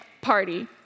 party